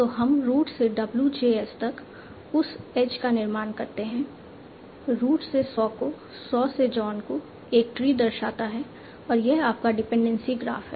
तो हम रूट से w j s तक उस एज का निर्माण करते हैं रूट से सॉ को सॉ से जॉन को एक ट्री दर्शाता है और यह आपका डिपेंडेंसी ग्राफ है